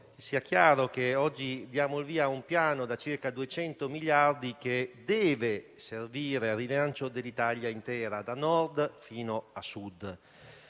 sia chiaro che oggi diamo il via a un Piano da circa 200 miliardi di euro che deve servire al rilancio dell'Italia intera, da Nord a Sud.